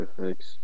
thanks